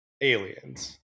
aliens